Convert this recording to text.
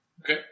Okay